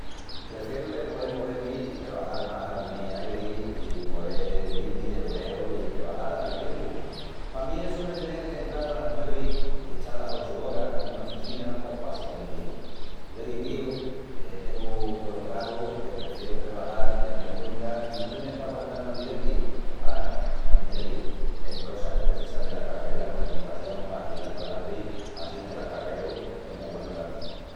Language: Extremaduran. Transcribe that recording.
Prefieru de poel movel-mi i trebajal más al mi airi i poel dil-mi de bureu i trebajal al tiempu. Pa mí essu de tenel qu'entral alas nuevi i echal las ochu oras en una oficina pos quasi que me hiedi. Lo ei vivíu i tengu polo craru que prefieru trebajal dela mi cuenta i no tenel qu'aguantal mandiletis. Ara, tamién te digu que ain cosas que precisan del'acarreu i la concentración pa ahilal palantri assinque l'acarreu es mu güenu tamién.